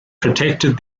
protected